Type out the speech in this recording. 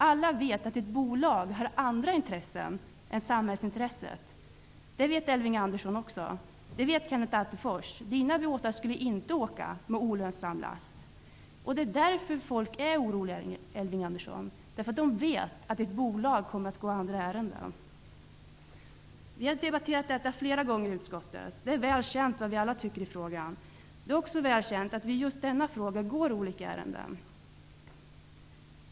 Alla vet att ett bolag har andra intressen än samhällsintresset. Detta vet också Elving Andersson. Det vet Kenneth Attefors som inte skulle låta sina båtar gå med olönsam last. Människor är oroliga, Elving Andersson, därför att de vet att ett bolag kommer att gå andra ärenden. Vi har i utskottet debatterat detta flera gånger. Det är väl känt vad vi alla tycker i frågan. Det är också väl känt att vi i just denna fråga går olika ärenden.